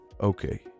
Okay